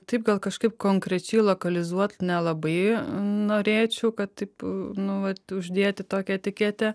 taip gal kažkaip konkrečiai lokalizuot nelabai norėčiau kad taip nu vat uždėti tokią etiketę